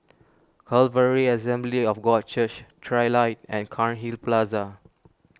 Calvary Assembly of God Church Trilight and Cairnhill Plaza